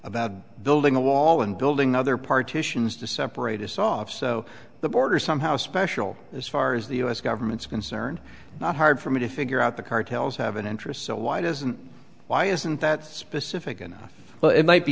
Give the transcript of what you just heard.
about building a wall and building other partitions to separate us off so the border is somehow special as far as the u s government's concerned not hard for me to figure out the cartels have an interest so why doesn't why isn't that specific enough well it might be